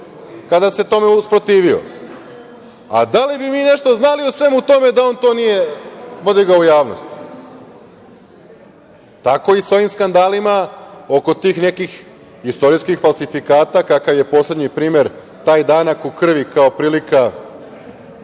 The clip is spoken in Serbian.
kada se tome usprotivio. A da li bi mi nešto znali o svemu tome da on to nije podigao u javnost? Tako je i sa ovim skandalima oko tih nekih istorijskih falsifikata, kakav je poslednji primer taj „danak u krvi“ kao prilika